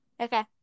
Okay